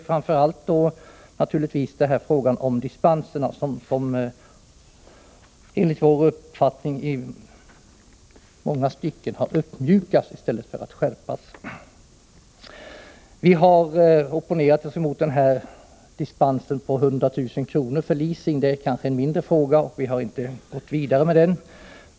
Framför allt gäller det naturligtvis dispensreglerna, som enligt vår uppfattning på många sätt har uppmjukats i stället för att skärpas. Vi har opponerat oss mot dispensen på 100 000 kr. för leasing, men det är kanske en mindre fråga, och vi har inte gått vidare med den.